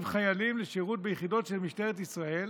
חיילים לשירות ביחידות של משטרת ישראל